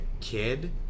kid